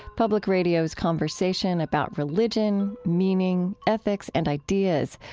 public radio's conversation about religion, meaning, ethics, and ideas.